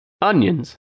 onions